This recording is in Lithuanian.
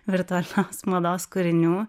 virtualios mados kūrinių